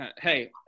Hey